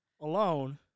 alone